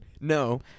No